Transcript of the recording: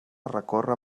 recórrer